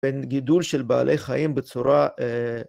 ‫בין גידול של בעלי חיים בצורה...